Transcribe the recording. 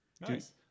Nice